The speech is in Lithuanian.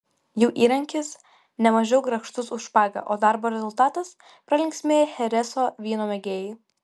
jų įrankis nemažiau grakštus už špagą o darbo rezultatas pralinksmėję chereso vyno mėgėjai